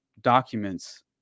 documents